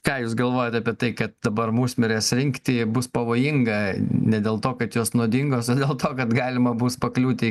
ką jūs galvojat apie tai kad dabar musmires rinkti bus pavojinga ne dėl to kad nuodingos o dėl to kad galima bus pakliūti